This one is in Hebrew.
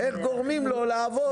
איך גורמים לו לעבוד?